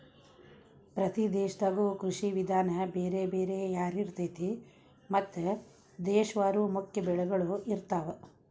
ಪ್ರತಿ ದೇಶದಾಗು ಕೃಷಿ ವಿಧಾನ ಬೇರೆ ಬೇರೆ ಯಾರಿರ್ತೈತಿ ಮತ್ತ ಪ್ರದೇಶವಾರು ಮುಖ್ಯ ಬೆಳಗಳು ಇರ್ತಾವ